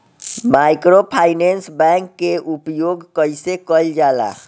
Microfinance bank के उपयोग कइसे कइल जाला?